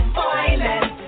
violent